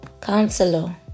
counselor